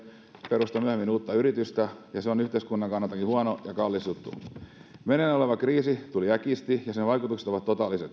perusta myöhemmin uutta yritystä ja se on yhteiskunnan kannaltakin huono ja kallis juttu meneillään oleva kriisi tuli äkisti ja sen vaikutukset ovat totaaliset nyt pitää saada jonkinlainen